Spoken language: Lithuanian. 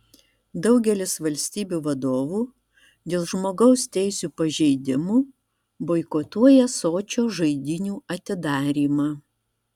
daugelis valstybių vadovų dėl žmogaus teisių pažeidimų boikotuoja sočio žaidynių atidarymą